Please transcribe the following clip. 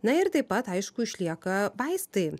na ir taip pat aišku išlieka vaistai